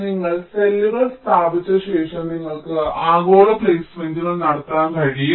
നിങ്ങൾ സെല്ലുകൾ സ്ഥാപിച്ച ശേഷം നിങ്ങൾക്ക് ആഗോള പ്ലേസ്മെന്റുകൾ നടത്താൻ കഴിയും